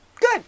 Good